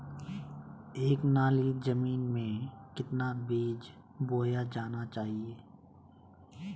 एक नाली जमीन में कितना बीज बोया जाना चाहिए?